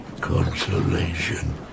consolation